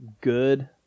good